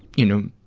you know,